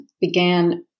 began